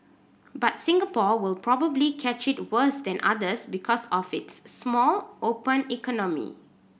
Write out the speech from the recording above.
but Singapore will probably catch it worse than others because of its small open economy